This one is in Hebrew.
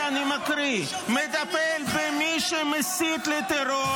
תודה רבה, אדוני היושב-ראש.